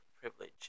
privilege